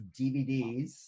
DVDs